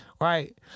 right